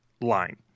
line